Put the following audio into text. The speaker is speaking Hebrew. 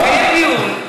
נקיים דיון,